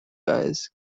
guys